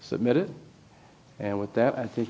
submitted and with that i think